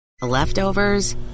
Leftovers